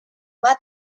bat